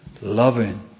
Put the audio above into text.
loving